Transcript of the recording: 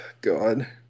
God